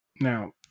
Now